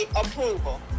approval